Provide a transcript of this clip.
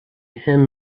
him